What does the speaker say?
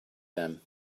them